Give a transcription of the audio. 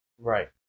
Right